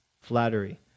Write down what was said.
Flattery